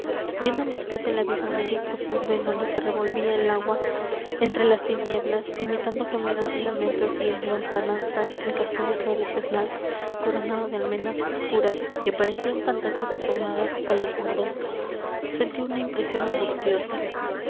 viendo á mis pies el abismo negro y profundo en donde se revolvía el agua entre las tinieblas imitando gemidos y lamentos y en lontananza el castillo tradicional coronado de almenas oscuras que parecían fantasmas asomadas á los muros sentí una impresión angustiosa